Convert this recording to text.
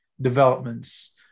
developments